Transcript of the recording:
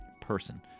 Person